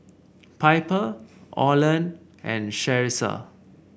Piper Orland and Charissa